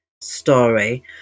story